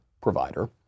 provider